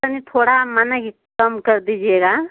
तनि थोड़ा मनही कम कर दीजिएगा